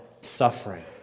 suffering